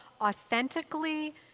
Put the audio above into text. authentically